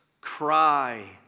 cry